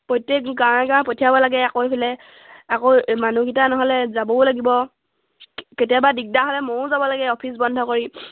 প্ৰত্যেক গাঁৱে গাঁৱে পঠিয়াব লাগে আকৌ এইফালে আকৌ মানুহকেইটা নহ'লে যাবও লাগিব কেতিয়াবা দিগদাৰ হ'লে ময়ো যাব লাগে অফিচ বন্ধ কৰি